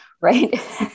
right